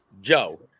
Joe